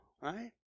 right